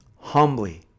Humbly